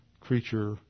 creature